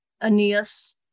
Aeneas